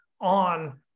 on